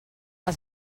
els